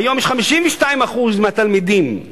היום 52% מהתלמידים הם